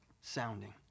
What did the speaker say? sounding